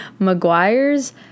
mcguire's